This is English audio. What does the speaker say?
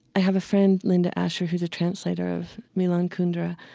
i have a friend, linda asher, who's a translator of milan kundera.